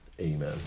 amen